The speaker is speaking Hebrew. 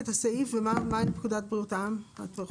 ומה עם פקודת בריאות העם?